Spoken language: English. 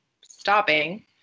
stopping